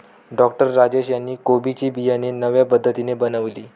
doctor Rajesh यांनी कोबी ची बियाणे नव्या पद्धतीने बनवली